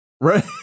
Right